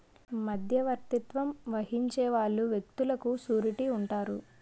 మధ్యవర్తిత్వం వహించే వాళ్ళు వ్యక్తులకు సూరిటీ ఉంటారు